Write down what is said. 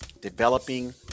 developing